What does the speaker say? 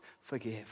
forgive